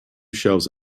shelves